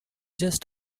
just